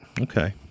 Okay